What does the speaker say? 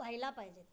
व्हायला पाहिजेत